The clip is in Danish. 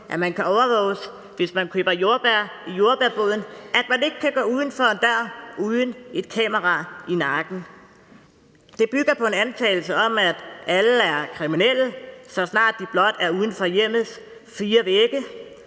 at man kan overvåges, hvis man køber jordbær i jordbærboden, at man ikke kan gå uden for en dør uden at have et kamera i nakken. Det bygger på en antagelse om, at alle er kriminelle, så snart de blot er uden for hjemmets fire vægge,